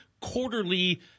quarterly